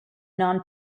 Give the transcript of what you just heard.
non